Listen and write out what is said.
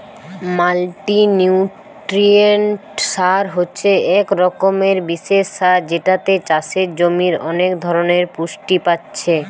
multinutrient সার হচ্ছে এক রকমের বিশেষ সার যেটাতে চাষের জমির অনেক ধরণের পুষ্টি পাচ্ছে